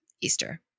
Easter